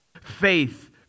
Faith